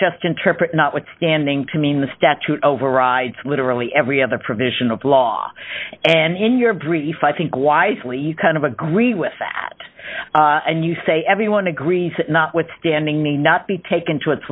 just interpret notwithstanding to mean the statute overrides literally every other provision of law and in your brief i think wisely you kind of agree with that and you say everyone agrees that notwithstanding may not be taken to it